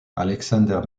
alexander